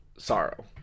sorrow